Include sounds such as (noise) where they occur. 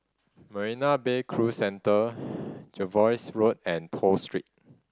Marina Bay Cruise Centre (noise) Jervois Road and Toh Street